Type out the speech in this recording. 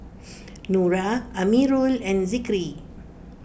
Nura Amirul and Zikri